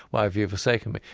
why have you forsaken me?